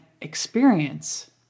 experience